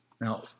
Now